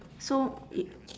so it